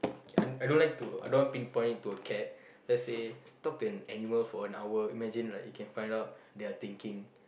I I don't like to I don't want pinpoint to a cat let's say talk to an animal for an hour imagine like you can find out their thinking